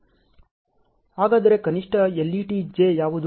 ಹಾಗಾದರೆ ಕನಿಷ್ಠ LET j ಯಾವುದು